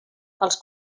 els